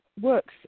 works